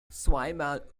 zweimal